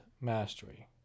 mastery